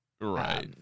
right